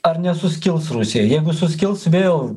ar nesuskils rusija jeigu suskils vėl